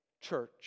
church